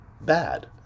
bad